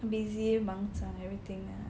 busy and 忙在 everything ah